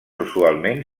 usualment